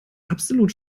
absolut